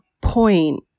point